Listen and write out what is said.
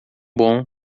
bom